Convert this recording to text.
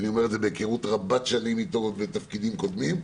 אני אומר את זה מתוך היכרות רבת שנים אתו מתפקידים קודמים.